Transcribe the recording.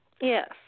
Yes